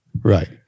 right